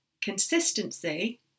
consistency